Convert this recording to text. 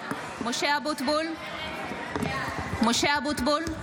(קוראת בשמות חברי הכנסת) משה אבוטבול,